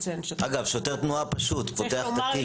שוטר תנועה פשוט שפותח את התיק,